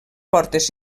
portes